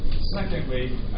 Secondly